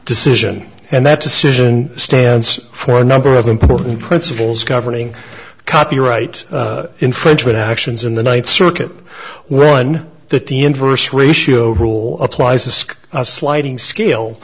decision and that decision stands for a number of important principles governing copyright infringement actions in the ninth circuit one that the inverse ratio rule applies asc a sliding scale